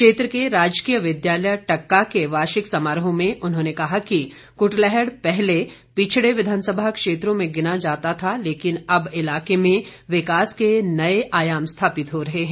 क्षेत्र के राजकीय विद्यालय टक्का के वार्षिक समारोह में उन्होंने कहा कि कुटलैहड़ पहले पिछड़े विधानसभा क्षेत्रों में गिना जाता था लेकिन अब इलाके में विकास के नए आयाम स्थापित हो रहे हैं